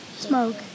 smoke